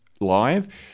live